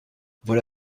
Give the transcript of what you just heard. voilà